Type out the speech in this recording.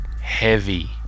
heavy